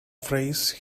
phrase